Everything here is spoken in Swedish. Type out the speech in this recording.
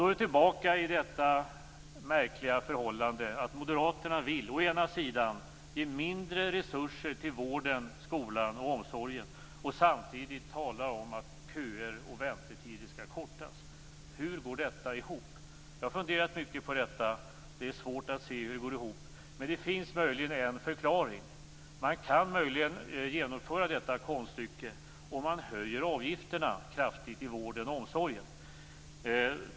Då är vi tillbaka i detta märkliga förhållande att moderaterna vill ge mindre resurser till vården, skolan och omsorgen, samtidigt som man talar om att köer och väntetider skall kortas. Hur går detta ihop? Jag har funderat mycket över det, men det är svårt att se hur det skall gå ihop. Men det finns möjligen en förklaring: Man kan genomföra detta konststycke om man höjer avgifterna kraftigt inom vården och omsorgen.